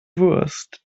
wurst